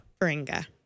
Faringa